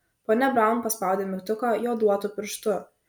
ponia braun paspaudė mygtuką joduotu pirštu